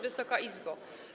Wysoka Izbo!